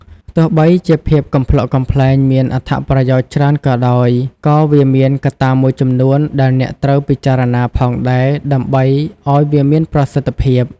ទោះបីជាភាពកំប្លុកកំប្លែងមានអត្ថប្រយោជន៍ច្រើនក៏ដោយ ក៏វាមានកត្តាមួយចំនួនដែលអ្នកត្រូវពិចារណាផងដែរដើម្បីឱ្យវាមានប្រសិទ្ធភាព។